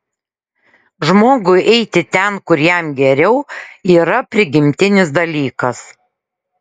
žmogui eiti ten kur jam geriau yra prigimtinis dalykas